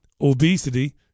obesity